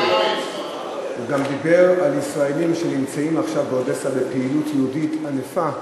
הוא גם דיבר על ישראלים שנמצאים עכשיו באודסה בפעילות יהודית ענפה,